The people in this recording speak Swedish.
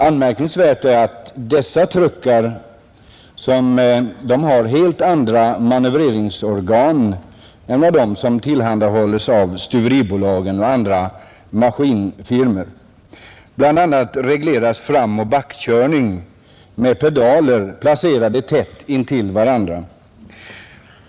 Anmärkningsvärt är att dessa truckar har helt andra manövreringsorgan än de som tillhandahålls av stuveribolagen och andra maskinfirmor. Bl. a. regleras framoch backkörning med pedaler placerade tätt intill varandra.